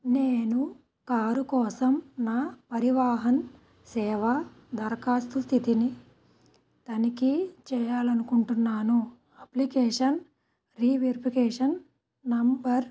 నేను కారు కోసం నా పరివాహన్ సేవా దరఖాస్తు స్థితిని తనిఖీ చేయాలనుకుంటున్నాను అప్లికేషన్ రీవెరిఫికేషన్ నంబర్